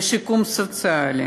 שיקום סוציאלי